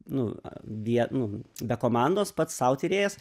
nu vie nu be komandos pats sau tyrėjas